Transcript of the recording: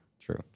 true